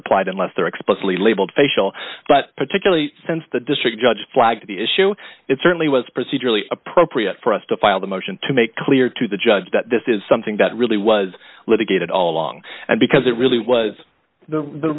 explicitly labeled facial but particularly since the district judge flag the issue it certainly was procedurally appropriate for us to file the motion to make clear to the judge that this is something that really was litigated all along and because it really was the